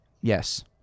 yes